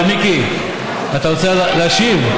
ומיקי, אתה רוצה להשיב?